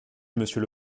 monsieur